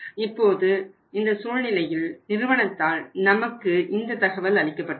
இப்போது இந்த சூழ்நிலையில் நிறுவனத்தால் நமக்கு இந்த தகவல் அளிக்கப்பட்டுள்ளது